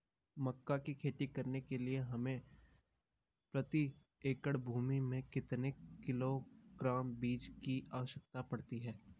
मक्का की खेती करने के लिए हमें प्रति एकड़ भूमि में कितने किलोग्राम बीजों की आवश्यकता पड़ती है?